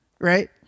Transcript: Right